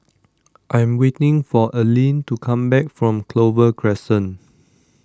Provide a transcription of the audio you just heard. I'm waiting for Allene to come back from Clover Crescent